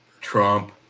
Trump